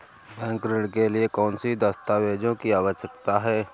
Bank ऋण के लिए कौन से दस्तावेजों की आवश्यकता है?